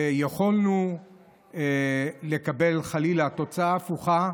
ויכולנו לקבל חלילה תוצאה הפוכה,